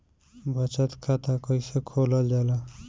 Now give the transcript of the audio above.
बचत खाता कइसे खोलल जाला?